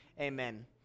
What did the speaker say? Amen